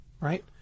Right